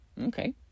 Okay